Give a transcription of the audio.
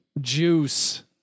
Juice